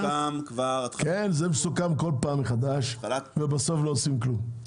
כן, זה מסוכם בכל פעם מחדש ובסוף לא עושים כלום.